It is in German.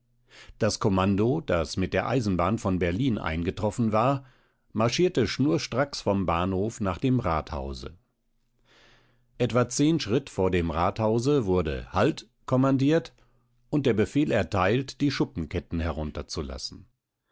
das kommando das mit der eisenbahn von berlin eingetroffen war marschierte schnurstracks vom bahnhof nach dem rathause hause etwa zehn schritt vor dem rathause wurde halt kommandiert und der befehl erteilt die schuppenketten herunterzulassen